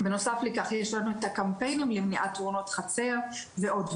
בנוסף לכך יש לנו את הקמפיינים למניעת תאונות חצר ועוד,